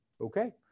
okay